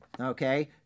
Okay